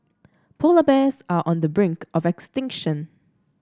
polar bears are on the brink of extinction